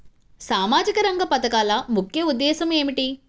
సామాజిక రంగ పథకాల ముఖ్య ఉద్దేశం ఏమిటీ?